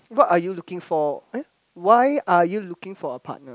what are you looking for eh why are you looking for a partner